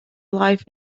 life